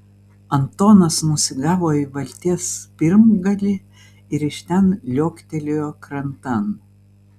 antonas nusigavo į valties pirmgalį ir iš ten liuoktelėjo krantan